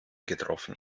getroffen